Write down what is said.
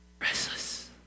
restless